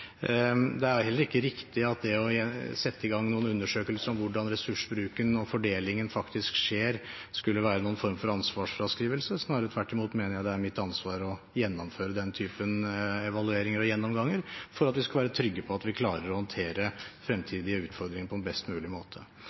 Det er heller ikke riktig at å sette i gang noen undersøkelser om hvordan ressursbruken og fordelingen faktisk skjer, skulle være noen form for ansvarsfraskrivelse. Snarere tvert imot mener jeg det er mitt ansvar å gjennomføre den typen evalueringer og gjennomganger for at vi skal være trygge på at vi klarer å håndtere fremtidige utfordringer på en best mulig måte.